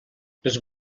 les